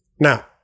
Now